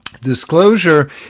Disclosure